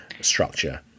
structure